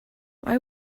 why